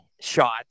shot